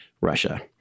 Russia